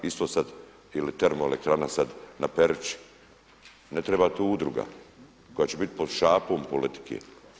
Isto sad ili termoelektrana sada na Peruči, ne treba tu udruga koja će biti pod šapom politike.